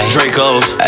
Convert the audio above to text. Dracos